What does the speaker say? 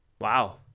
Wow